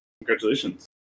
Congratulations